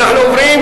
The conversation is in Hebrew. נתקבל.